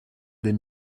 des